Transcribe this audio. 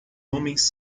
homens